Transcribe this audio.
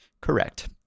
correct